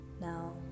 Now